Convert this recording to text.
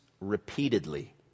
repeatedly